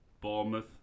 Bournemouth